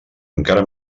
encara